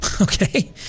Okay